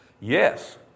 yes